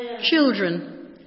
Children